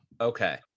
okay